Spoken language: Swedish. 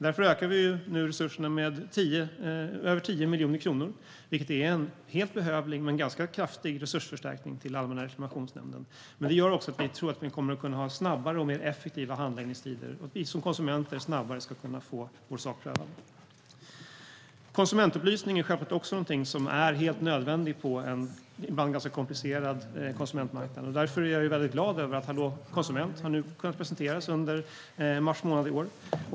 Därför ökar vi nu resurserna med över 10 miljoner kronor, vilket är en helt behövlig men ganska kraftig resursförstärkning till Allmänna reklamationsnämnden. Det gör att vi tror att den kommer att kunna att ha snabbare och mer effektiv handläggning, så att man som konsument snabbare ska kunna få sin sak prövad. Konsumentupplysning är självklart också någonting som är helt nödvändigt på en ibland ganska komplicerad konsumentmarknad. Därför är jag väldigt glad att Hallå konsument kunde presenteras under mars månad i år.